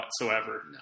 whatsoever